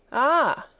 ah,